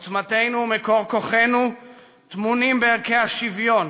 עוצמתנו ומקור כוחנו טמונים בערכי השוויון,